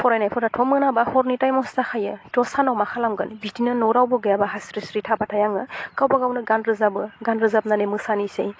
फरायनायफोराथ' मोनाबा हरनि टाइमावसो जाखायो थह सानाव मा खालामगोन बिदिनो न'आव रावबो गैयाबा हास्रिस्रि थाबाय आङो गावबा गावनो गान रोजाबो गान रोजाबनानै मोसानिसै